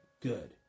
Good